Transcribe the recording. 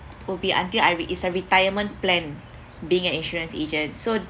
will be until I re~ it's a retirement plan being an insurance agent so